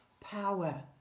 power